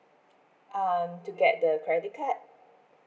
um to get the credit card